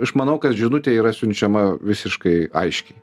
aš manau kad žinutė yra siunčiama visiškai aiškiai